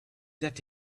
that